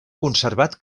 conservat